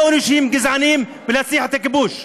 אנושיים וגזעניים ולהנציח את הכיבוש.